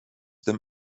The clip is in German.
dem